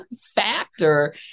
factor